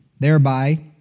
thereby